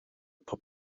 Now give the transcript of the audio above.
pop